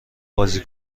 بازی